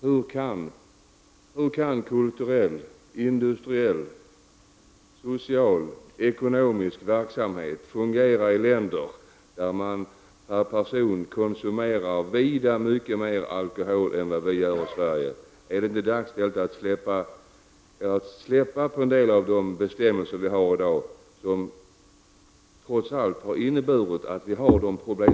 Hur kan kulturell, industriell, social och ekonomisk verksamhet fungera i länder där varje person konsumerar vida mycket mer alkohol än vad enskilda gör i Sverige? Är det inte dags att släppa på en del av de bestämmelser som finns i dag, bestämmelser som trots allt inte har hindrat att vi har problem?